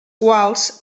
quals